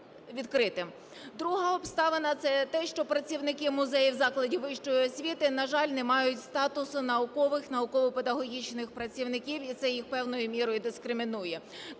Друга обставина – це те, що працівники музеїв закладів вищої освіти, на жаль, не мають статусу наукових, науково-педагогічних працівників, і це їх певною мірою дискримінує.